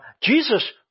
Jesus